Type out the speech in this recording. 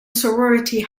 sorority